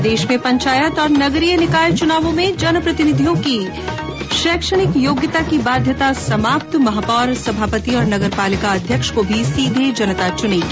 प्रदेश में पंचायत और नगरीय निकाय चुनावों में जनप्रतिनिधियों की शैक्षणिक योग्यता की बाध्यता समाप्त महापौर सभापति और नगरपालिका अध्यक्ष को भी जनता चुनेगी